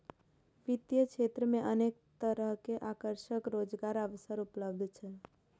वित्तीय क्षेत्र मे अनेक तरहक आकर्षक रोजगारक अवसर उपलब्ध छै